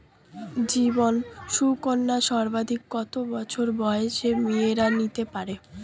জীবন সুকন্যা সর্বাধিক কত বছর বয়সের মেয়েরা নিতে পারে?